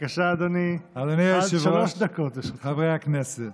אדוני היושב-ראש, חברי הכנסת,